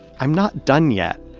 i'm not done yet.